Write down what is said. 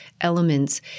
elements